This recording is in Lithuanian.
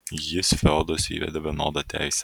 jis feoduose įvedė vienodą teisę